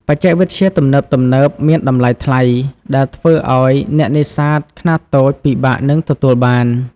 បច្ចេកវិទ្យាទំនើបៗមានតម្លៃថ្លៃ ដែលធ្វើឲ្យអ្នកនេសាទខ្នាតតូចពិបាកនឹងទទួលបាន។